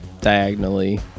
diagonally